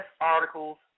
articles